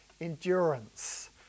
endurance